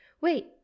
Wait